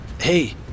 Hey